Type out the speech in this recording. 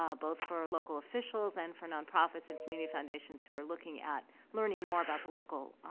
ah both for local officials and for nonprofits and community foundations who are looking at learning more about the local,